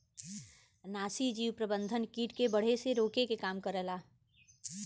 नाशीजीव प्रबंधन कीट के बढ़े से रोके के काम करला